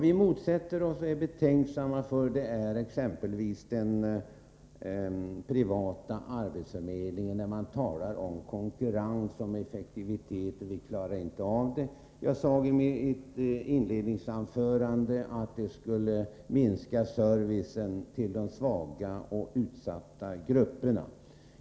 Vi är betänksamma inför och motsätter oss en privat arbetsförmedling. Det talas om konkurrens och effektivitet och saker som man nu inte klarar av. I mitt inledningsanförande sade jag att privata arbetsförmedlingar skulle minska servicen till de svaga och utsatta grupperna.